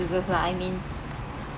excuses lah I mean